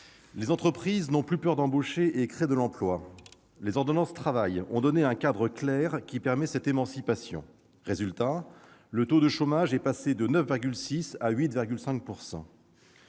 les entreprises n'ont plus peur d'embaucher et elles créent de l'emploi. Les ordonnances Travail leur ont donné un cadre clair, qui permet cette émancipation. Résultat : le taux de chômage est passé de 9,6 % à 8,5 %.